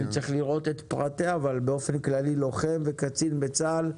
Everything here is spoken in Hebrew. אני צריך לראות את פרטיה אבל באופן כללי לוחם וקצין בצה"ל,